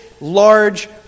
large